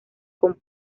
con